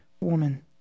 woman